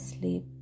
sleep